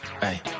Hey